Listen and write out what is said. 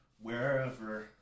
wherever